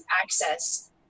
access